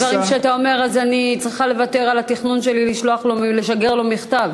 לפי הדברים שאתה אומר אני צריכה לוותר על התכנון שלי לשגר לו מכתב.